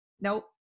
nope